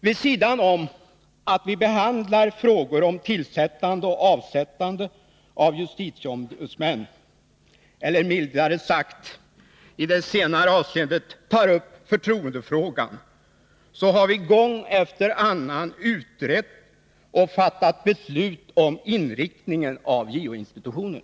Vid sidan om att vi behandlar frågor om tillsättande och avsättande av justitieombudsmän — eller, mildare sagt, i det senare avseendet tar upp förtroendefrågan — har vi gång efter annan utrett och fattat beslut om inriktningen av JO-institutionen.